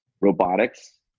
robotics